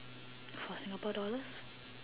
what Singapore dollars